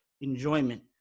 enjoyment